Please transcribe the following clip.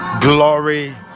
glory